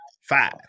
five